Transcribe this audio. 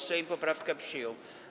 Sejm poprawkę przyjął.